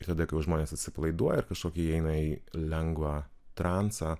ir tada kai jau žmonės atsipalaiduoja ir kažkokį įeina į lengvą transą